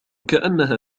كأنها